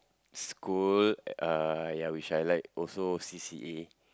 school uh ya which I like also C_C_A